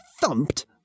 thumped